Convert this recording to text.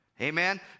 Amen